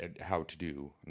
how-to-do